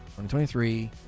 2023